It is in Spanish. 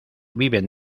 viven